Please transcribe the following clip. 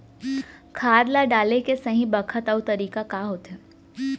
खाद ल डाले के सही बखत अऊ तरीका का होथे?